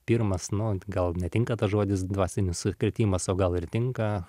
pirmas nu gal netinka tas žodis dvasinis sukrėtimas o gal ir tinka